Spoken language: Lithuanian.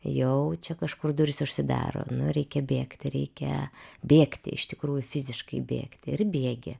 jau čia kažkur durys užsidaro nu reikia bėgti reikia bėgti iš tikrųjų fiziškai bėgti ir bėgi